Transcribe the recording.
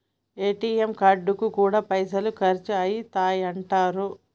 ATM కార్డుకు గూడా పైసలు ఖర్చయితయటరో